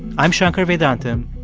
i'm shankar vedantam,